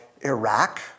Iraq